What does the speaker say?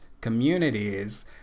communities